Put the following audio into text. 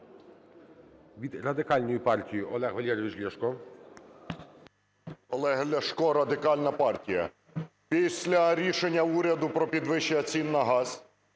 Від Радикальної партії Олег Валерійович Ляшко. 10:45:05 ЛЯШКО О.В. Олег Ляшко, Радикальна партія. Після рішення уряду про підвищення цін на газ